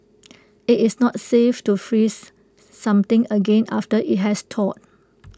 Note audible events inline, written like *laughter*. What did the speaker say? *noise* IT is not safe to freeze something again after IT has thawed